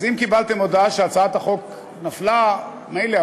אז אם קיבלתם הודעה שהצעת החוק נפלה מילא,